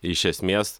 iš esmės